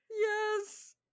Yes